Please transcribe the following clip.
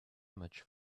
much